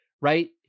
right